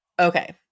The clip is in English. Okay